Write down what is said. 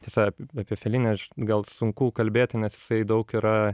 tiesa apie felinį aš gal sunku kalbėti nes jisai daug yra